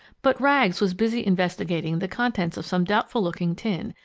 but rags was busy investigating the contents of some doubtful-looking tin,